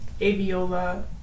Aviola